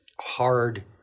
hard